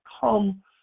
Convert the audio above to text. come